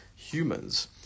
humans